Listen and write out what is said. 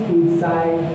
inside